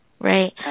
right